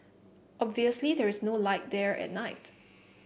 obviously there is no light there at night